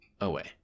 away